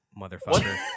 motherfucker